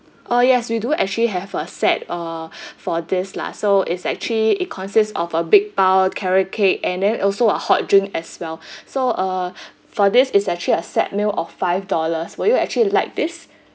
oh yes we do actually have a set uh for this lah so it's actually it consists of a big bao carrot cake and then also a hot drink as well so uh for this it's actually a set meal of five dollars will you actually like this